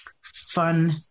fun